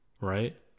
right